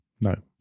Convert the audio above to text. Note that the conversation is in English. no